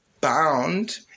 bound